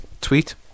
tweet